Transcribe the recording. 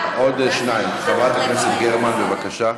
חברת הכנסת גרמן, בבקשה.